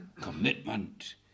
commitment